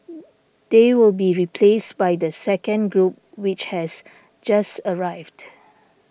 they will be replaced by the second group which has just arrived